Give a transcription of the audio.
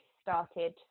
started